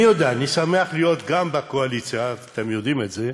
אני שמח להיות בקואליציה, אתם יודעים את זה,